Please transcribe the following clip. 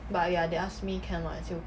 but ya they ask can or not I say